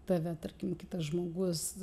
tave tarkim kitas žmogus